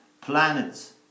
planets